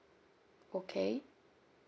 okay